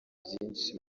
byinshi